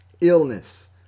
illness